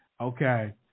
Okay